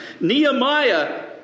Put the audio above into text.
Nehemiah